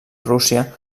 rússia